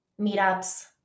meetups